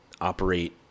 operate